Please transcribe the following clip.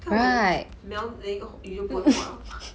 看我的 mel 连个鱼都不会画了